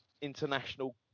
international